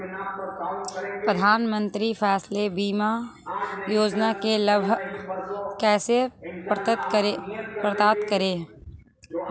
प्रधानमंत्री फसल बीमा योजना का लाभ कैसे प्राप्त करें?